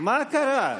מה קרה?